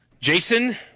jason